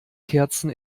kerzen